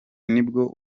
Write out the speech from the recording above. nibwo